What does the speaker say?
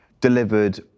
delivered